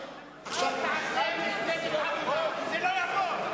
מה תעשה מפלגת העבודה אם זה לא יעבור?